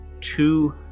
two